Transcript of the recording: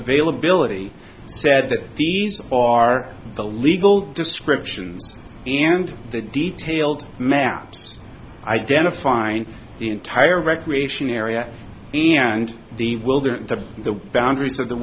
availability said that these are the legal descriptions and the detailed maps identifying the entire recreation area and the wilderness of the boundaries of the